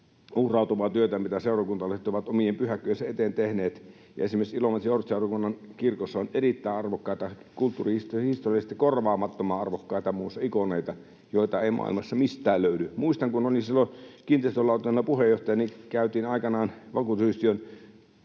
uhrautuvaa työtä, mitä seurakuntalaiset ovat omien pyhäkköjensä eteen tehneet. Esimerkiksi Ilomantsin ortodoksisen seurakunnan kirkossa on muun muassa erittäin arvokkaita, kulttuurihistoriallisesti korvaamattoman arvokkaita ikoneita, joita ei maailmassa mistään löydy. Muistan, kun olin silloin kiinteistölautakunnan puheenjohtajana, kun aikanaan vakuutusyhtiön